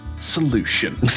Solution